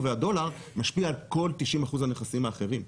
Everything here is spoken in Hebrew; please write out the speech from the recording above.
והדולר משפיע על כל 90% הנכסים האחרים,